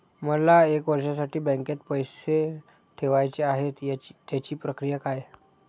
मला एक वर्षासाठी बँकेत पैसे ठेवायचे आहेत त्याची प्रक्रिया काय?